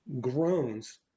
groans